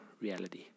reality